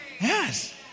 Yes